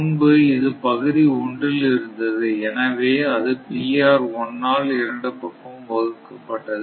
முன்பு இது பகுதி ஒன்றில் இருந்தது எனவே அதுஆல் இரண்டு பக்கமும் வகுக்கப்பட்டது